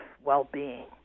well-being